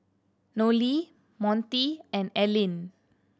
Nolie Montie and Ellyn